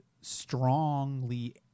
strongly